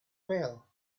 well